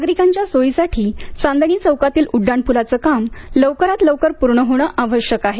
नागरिकांच्या सोयीसाठी चांदणी चौकातील उड्डाणप्लाचे काम लवकरात लवकर प्रर्ण होणे आवश्यक आहे